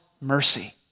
mercy